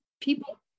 people